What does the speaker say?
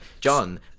John